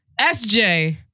SJ